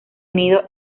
unido